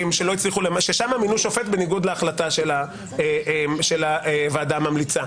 ששם מינוי שופט בניגוד להחלטה של הוועדה הממליצה.